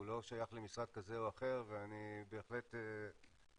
הוא לא שייך למשרד כזה או אחר ואני בהחלט אשמח